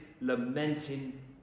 lamenting